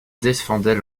défendait